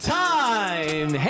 time